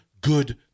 good